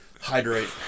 hydrate